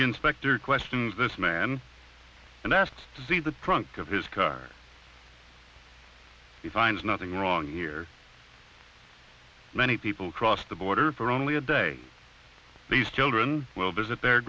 inspector questions this man and asked to see the trunk of his car he finds nothing wrong here many people cross the border for only a day these children will visit their